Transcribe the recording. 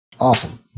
Awesome